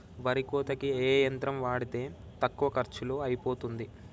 వరి కోతకి ఏ యంత్రం వాడితే తక్కువ ఖర్చులో అయిపోతుంది?